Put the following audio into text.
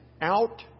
out